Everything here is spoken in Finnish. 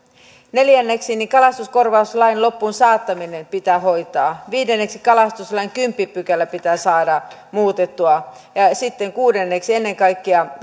neljänneksi kalastuskorvauslain loppuunsaattaminen pitää hoitaa viidenneksi kalastuslain kymmenes pykälä pitää saada muutettua kuudenneksi ennen kaikkea